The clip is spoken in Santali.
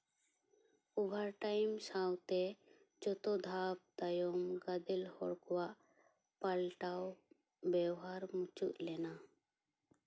ᱚᱵᱷᱟᱨ ᱴᱟᱭᱤᱢ ᱥᱟᱶᱛᱮ ᱡᱚᱛᱚ ᱫᱷᱟᱯ ᱛᱟᱭᱚᱢ ᱜᱟᱫᱮᱞ ᱦᱚᱲ ᱠᱚᱣᱟᱜ ᱯᱟᱞᱴᱟᱣ ᱵᱮᱣᱦᱟᱨ ᱢᱩᱪᱟᱹᱫ ᱥᱮᱱᱟ